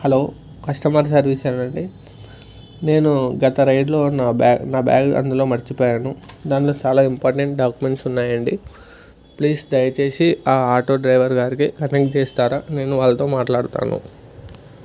hello customer సర్వీసా అండి నేను గత రైడ్లో నా బ్యాగ్ నా బ్యాగ్ అందులో మర్చిపోయాను దాంట్లో చాలా ఇంపార్టెంట్ డాక్యుమెంట్స్ ఉన్నాయి అండి ప్లీజ్ దయచేసి ఆ ఆటో డ్రైవర్ గారికి కనెక్ట్ చేస్తారా నేను వాళ్ళతో మాట్లాడతాను